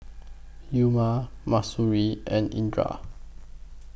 Umar Mahsuri and Indra